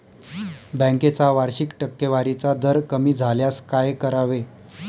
बँकेचा वार्षिक टक्केवारीचा दर कमी झाल्यास काय करावे?